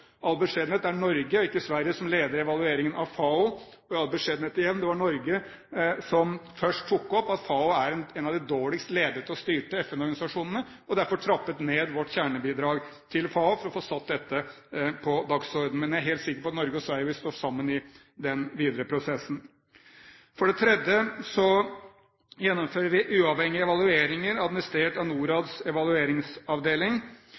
all beskjedenhet, det er Norge, og ikke Sverige, som leder evalueringen av FAO. I all beskjedenhet igjen, det var Norge som først tok opp at FAO er en av de dårligst ledet og styrte FN-organisasjonene, og derfor trappet vi ned vårt kjernebidrag til FAO for å få satt dette på dagsordenen. Men jeg er helt sikker på at Norge og Sverige vil stå sammen i den videre prosessen. For det tredje gjennomfører vi uavhengige evalueringer administrert av